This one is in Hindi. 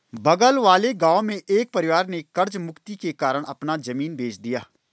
बगल वाले गांव में एक परिवार ने कर्ज मुक्ति के कारण अपना जमीन बेंच दिया